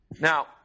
Now